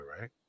right